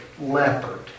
leopard